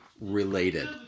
related